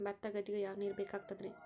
ಭತ್ತ ಗದ್ದಿಗ ಯಾವ ನೀರ್ ಬೇಕಾಗತದರೀ?